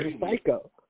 psycho